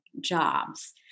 jobs